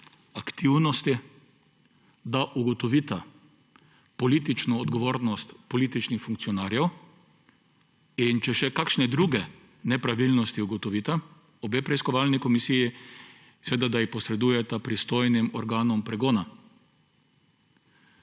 aktivnosti, da ugotovita politično odgovornost političnih funkcionarjev, in da če še kakšne druge nepravilnosti ugotovita, obe preiskovalni komisiji, te posredujeta pristojnim organom pregona.